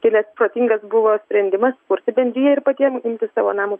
kilęs protingas buvo sprendimas kurti bendriją ir patiem imti savo namo